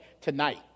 Tonight